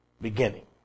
beginning